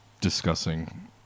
discussing